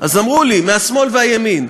אז אמרו לי מהשמאל ומהימין: